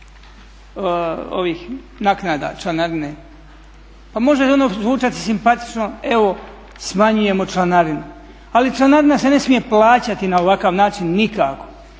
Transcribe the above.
ovih naknada, članarine, pa može ono zvučati simpatično, evo smanjujemo članarine ali članarina se ne smije plaćati na ovakav način nikako.